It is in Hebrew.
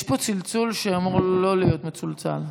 יש פה צלצול שאמור לא להיות מצולצל.